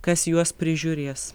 kas juos prižiūrės